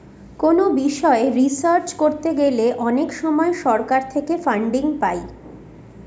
কোনো বিষয় রিসার্চ করতে গেলে অনেক সময় সরকার থেকে ফান্ডিং পাই